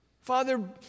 Father